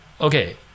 okay